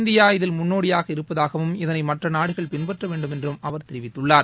India இதில் முன்னோடியாக இருப்பதாகவும் இதனை மற்ற நாடுகள் பின்பற்றவேண்டும் என்றும் அவர் தெரிவித்துள்ளார்